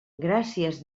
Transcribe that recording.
gràcies